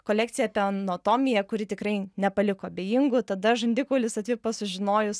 kolekciją apie anatomiją kuri tikrai nepaliko abejingų tada žandikaulis atvipo sužinojus